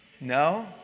no